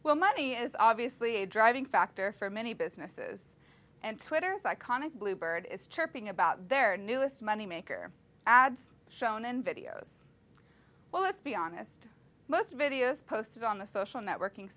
well money is obviously a driving factor for many businesses and twitter's iconic blue bird is chirping about their newest moneymaker ads shown in videos well let's be honest most videos posted on the social networking